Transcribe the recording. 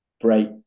break